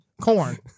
corn